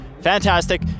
fantastic